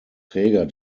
träger